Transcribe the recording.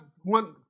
one